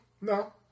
No